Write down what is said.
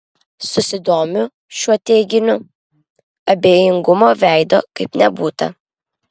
susidomiu šiuo teiginiu abejingumo veide kaip nebūta